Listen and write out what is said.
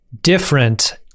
different